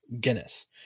Guinness